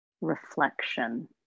reflection